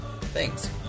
Thanks